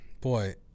boy